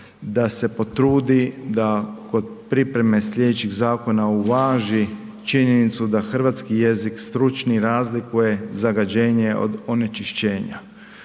da se potrudi da kod pripreme slijedećih zakona uvaži činjenicu da hrvatski jezik stručni razlikuje „zagađenje“ od „onečišćenja“.